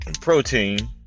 protein